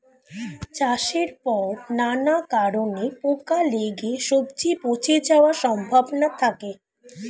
চাষের পর নানা কারণে পোকা লেগে সবজি পচে যাওয়ার সম্ভাবনা থাকে